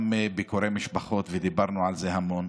גם ביקורי משפחות, ודיברנו על זה המון,